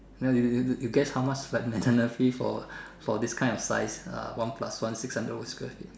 now you you you you you guess how much like maintenance fee for for this kind of size uh one plus one six hundred over Square feet